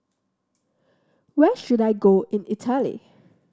where should I go in Italy